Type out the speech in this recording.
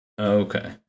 Okay